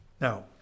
Now